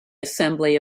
assembly